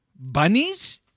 Bunnies